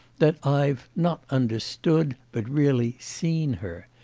that i've, not understood, but really seen her.